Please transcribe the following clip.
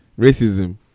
Racism